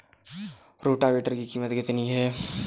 Rotavator की कीमत कितनी है?